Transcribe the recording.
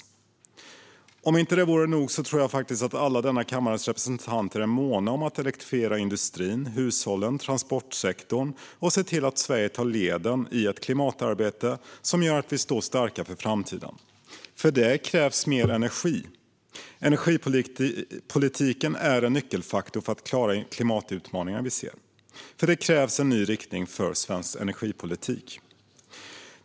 Som om inte det vore nog tror jag faktiskt att alla denna kammares representanter är måna om att elektrifiera industrin, hushållen och transportsektorn och se till att Sverige tar ledning i ett klimatarbete som gör att vi står starka för framtiden. För det krävs mer energi. Energipolitiken är en nyckelfaktor för att klara de klimatutmaningar vi ser. Det krävs en ny riktning för svensk energipolitik.